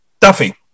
Duffy